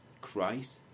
Christ